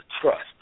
trust